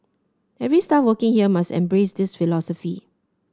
every staff working here must embrace this philosophy